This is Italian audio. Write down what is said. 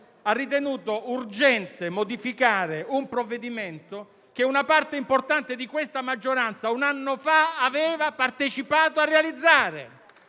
ha ritenuto urgente modificare un provvedimento che una parte importante di questa maggioranza, un anno fa, aveva partecipato a realizzare.